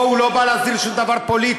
פה הוא לא בא להסדיר שום דבר פוליטי.